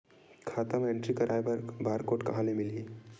खाता म एंट्री कराय बर बार कोड कहां ले मिलही?